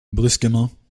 brusquement